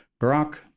Barack